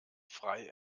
frei